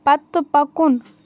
پتہٕ پکُن